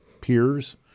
peers